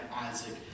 Isaac